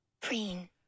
preen